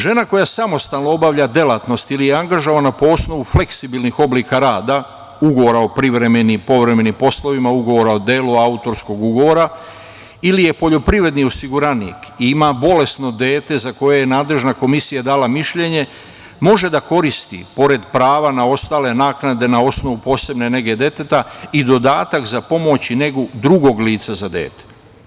Žena koja samostalno obavlja delatnost ili je angažovana po osnovu fleksibilnih oblika rada, ugovora o privremenim i povremenim poslovima, ugovora o delu, autorskog ugovora ili je poljoprivredni osiguranik i ima bolesno dete za koje je nadležna komisija dala mišljenje može da koristi, pored prava na ostale naknade na osnovu posebne nege deteta, i dodatak za pomoć i negu drugog lica za dete.